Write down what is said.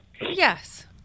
Yes